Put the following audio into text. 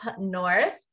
north